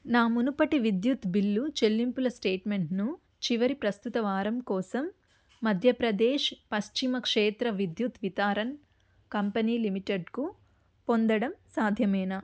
నా మునుపటి విద్యుత్ బిల్లు చెల్లింపుల స్టేట్మెంట్ను చివరి ప్రస్తుత వారం కోసం మధ్యప్రదేశ్ పశ్చిమ క్షేత్ర విద్యుత్ విత్రన్ కంపెనీ లిమిటెడ్కు పొందడం సాధ్యమేనా